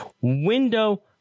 window